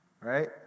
Right